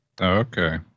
okay